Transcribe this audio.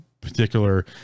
particular